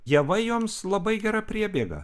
javai joms labai gera priebėga